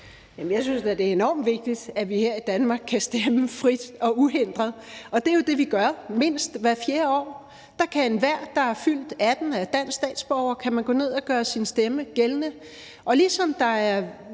Jeg synes da, det er enormt vigtigt, at vi her i Danmark kan stemme frit og uhindret. Det er jo det, vi gør mindst hvert fjerde år. Der kan enhver, der er fyldt 18 år og er dansk statsborger, gå ned og gøre sin stemme gældende.